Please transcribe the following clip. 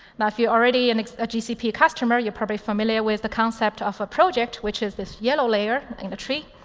now, if you're already and a gcp customer, you're probably familiar with the concept of a project, which is this yellow layer in the tree.